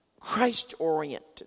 Christ-oriented